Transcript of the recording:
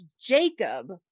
Jacob